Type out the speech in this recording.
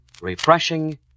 refreshing